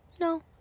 No